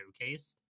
showcased